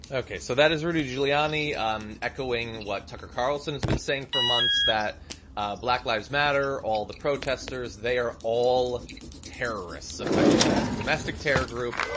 okay, so that is rudy giuliani echoing what tucker carlson has been saying for months. that black lives matter, all the protesters, they are all terrorists, effectively. it's a domestic terror group,